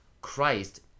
Christ